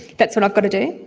that's what i've got to do.